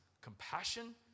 compassion